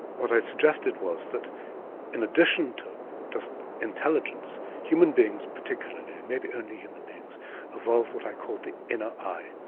what i suggested was that in addition to just intelligence, human beings particularly and maybe only human beings evolved what i called the inner eye,